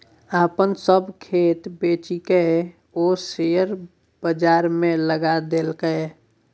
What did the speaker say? अपन सभ खेत बेचिकए ओ शेयर बजारमे लगा देलकै